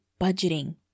budgeting